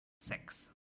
six